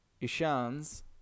Ishan's